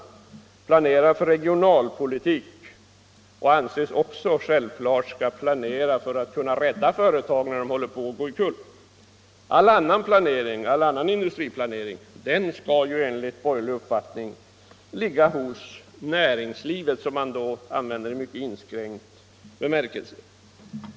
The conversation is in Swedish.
Samhället planerar regionalpolitiken och anses också självklart skola planera för att kunna rädda företag som håller på att gå omkull. All annan industriplanering skall enligt borgerlig uppfattning ligga hos ”näringslivet”, ett uttryck som man då använder i mycket inskränkt bemärkelse.